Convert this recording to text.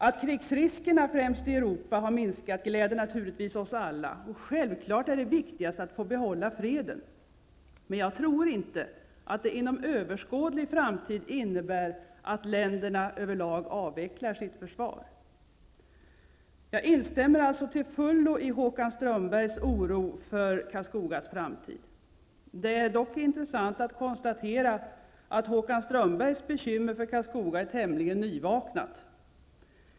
Att krigsriskerna, främst i Europa, har minskat gläder naturligtvis oss alla, och självfallet är det viktigast att få behålla freden. Men jag tror inte att det inom överskådlig framtid innebär att länderna över lag avvecklar sitt försvar. Jag instämmer alltså till fullo i Håkan Strömbergs oro för Karlskogas framtid. Det är dock intressant att konstatera att Håkan Strömbergs bekymmer för Karlskoga är tämligen nyvaknat.